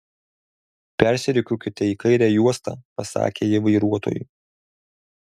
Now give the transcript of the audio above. persirikiuokite į kairę juostą pasakė ji vairuotojui